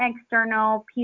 external